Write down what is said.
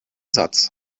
satz